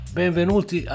benvenuti